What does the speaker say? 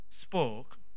spoke